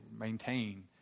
maintain